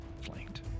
flanked